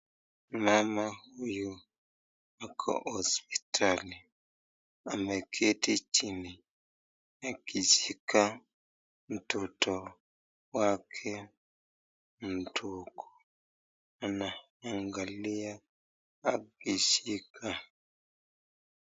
Mama huyu ako hospitali ameketi chini akishika mtoto wake mdogo, ana angalia akishika.